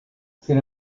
sin